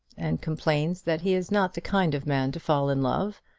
and complains that he is not the kind of man to fall in love,